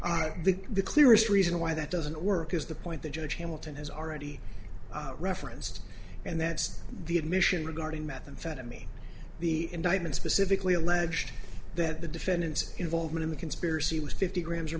think the clearest reason why that doesn't work is the point the judge hamilton has already referenced and that's the admission regarding methamphetamine the indictment specifically alleged that the defendant's involvement in the conspiracy was fifty gra